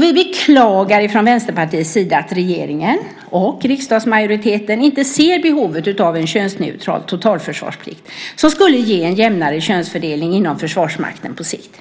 Vi från Vänsterpartiet beklagar att regeringen och riksdagsmajoriteten inte ser behovet av en könsneutral totalförsvarsplikt som skulle ge en jämnare könsfördelning inom Försvarsmakten på sikt.